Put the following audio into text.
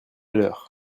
leur